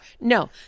No